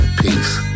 Peace